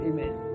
Amen